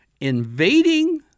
invading